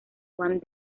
juan